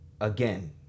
again